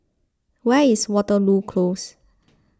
where is Waterloo Close